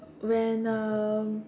when uh